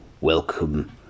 welcome